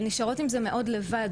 לפעמים יש איומים על החיים שלהן,